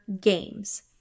games